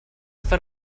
far